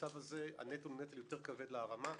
במצב כזה הנטל הוא כבד יותר להרמה,